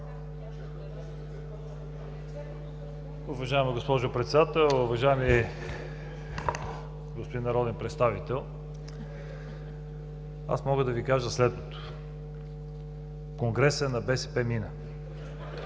Уважаеми господин Председател! Уважаеми господин народен представител, мога да Ви кажа следното: конгресът на БСП мина